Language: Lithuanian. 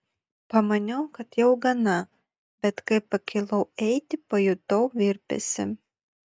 pamaniau kad jau gana bet kai pakilau eiti pajutau virpesį